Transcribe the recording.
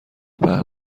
پهن